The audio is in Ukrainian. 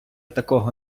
такого